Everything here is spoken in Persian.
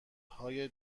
های